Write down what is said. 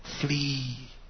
Flee